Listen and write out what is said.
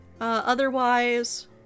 Otherwise